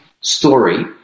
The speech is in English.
story